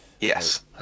Yes